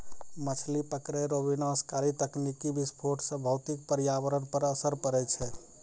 मछली पकड़ै रो विनाशकारी तकनीकी विस्फोट से भौतिक परयावरण पर असर पड़ै छै